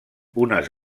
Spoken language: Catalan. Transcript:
unes